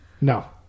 No